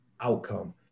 outcome